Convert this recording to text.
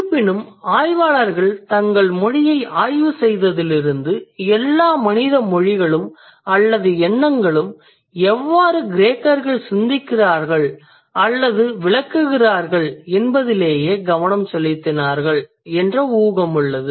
இருப்பினும் ஆய்வாளர்கள் தங்கள் மொழியை ஆய்வு செய்ததிலிருந்து எல்லா மனித மொழிகளும் அல்லது எண்ணங்களும் எவ்வாறு கிரேக்கர்கள் சிந்திக்கிறார்கள் அல்லது விளக்குகிறார்கள் என்பதிலேயே கவனம் செலுத்தினார்கள் என்ற ஊகம் உள்ளது